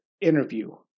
interview